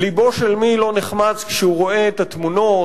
לבו של מי לא נחמץ כשהוא רואה את התמונות,